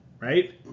right